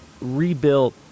rebuilt